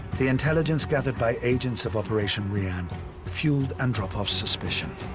the intelligence gathered by agents of operation ryan fueled andropov's suspicion.